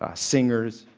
ah singers,